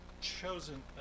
chosen